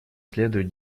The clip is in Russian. следует